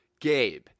Gabe